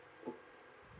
oh